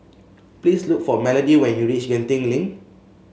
please look for Melodee when you reach Genting Link